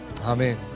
Amen